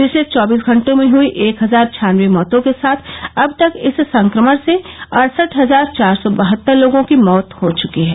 पिछले चौबीस घटों में हुई एक हजार छानबे मौतों के साथ अब तक इस संक्रमण से अड़सठ हजार चार सौ बहत्तर लोगों की मौत हो चुकी है